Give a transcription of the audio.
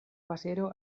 pasero